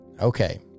Okay